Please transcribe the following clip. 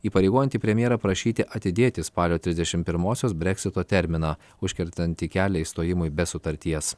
įpareigojantį premjerą prašyti atidėti spalio trisdešim pirmosios breksito terminą užkertantį kelią išstojimui be sutarties